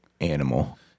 animal